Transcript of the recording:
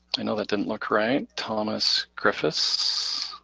i know that didn't look right. thomas griffiths.